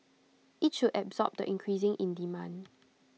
IT should absorb the increasing in demand